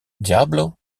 diablo